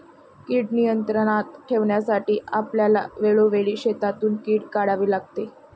कीड नियंत्रणात ठेवण्यासाठी आपल्याला वेळोवेळी शेतातून कीड काढावी लागते